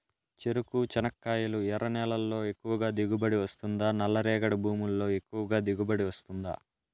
చెరకు, చెనక్కాయలు ఎర్ర నేలల్లో ఎక్కువగా దిగుబడి వస్తుందా నల్ల రేగడి భూముల్లో ఎక్కువగా దిగుబడి వస్తుందా